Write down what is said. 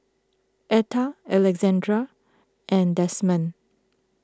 Etta Alexandra and Desmond